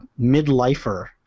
midlifer